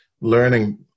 learning